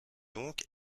donc